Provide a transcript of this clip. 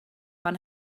fan